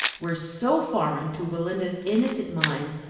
were so foreign to belinda's innocent mind,